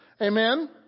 Amen